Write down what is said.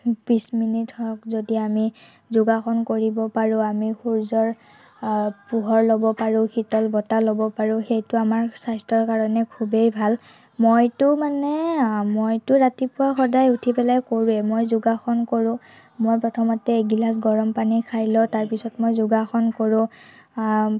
বিশ মিনিট হওক যদি আমি যোগাসন কৰিব পাৰোঁ আমি সূৰ্য্যৰ পোহৰ ল'ব পাৰোঁ শীতল বতাহ ল'ব পাৰোঁ সেইটো আমাৰ স্বাস্থ্যৰ কাৰণে খুবেই ভাল মইতো মানে মইতো ৰাতিপুৱা উঠি সদায় পেলাই কৰোঁৱে মই যোগাসন কৰোঁ মই প্ৰথমতে এগিলাছ গৰম পানী খাই লওঁ তাৰপিছত মই যোগাসন কৰোঁ